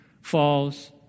falls